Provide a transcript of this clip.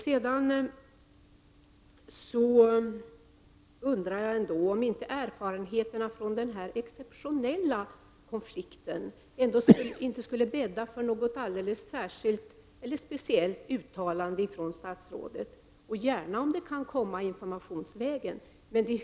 Jag undrar om inte erfarenheterna av denna exceptionella konflikt inte bäddar för något alldeles särskilt uttalande från statsrådet. Jag ser gärna att detta uttalande sker informationsvägen.